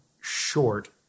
short